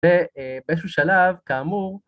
ובאיזשהו שלב, כאמור...